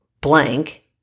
blank